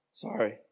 Sorry